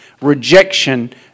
rejection